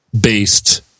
based